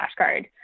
flashcard